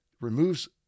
removes